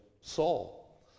Saul